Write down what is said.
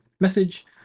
message